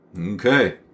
Okay